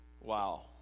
Wow